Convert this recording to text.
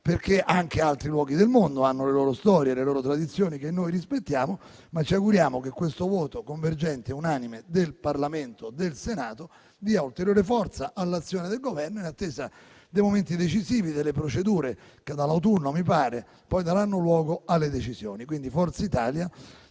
perché anche altri luoghi del mondo hanno le loro storie e le loro tradizioni, che noi rispettiamo. Ci auguriamo però che il voto convergente e unanime del Senato e del Parlamento dia ulteriore forza all'azione del Governo in attesa dei momenti decisivi e delle procedure che dall'autunno daranno luogo alle decisioni. Forza Italia